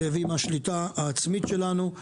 ועם השליטה העצמית שלנו.